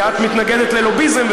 כי את מתנגדת ללוביזם,